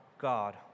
God